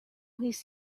his